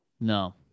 No